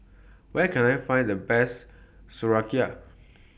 Where Can I Find The Best Sauerkraut